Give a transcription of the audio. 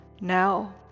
Now